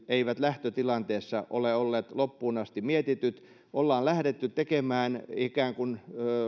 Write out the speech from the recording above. eivät lähtötilanteessa ole olleet loppuun asti mietityt ollaan lähdetty ikään kuin